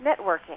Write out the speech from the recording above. networking